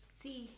see